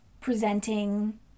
presenting